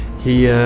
he